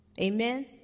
Amen